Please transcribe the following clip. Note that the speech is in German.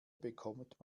bekommt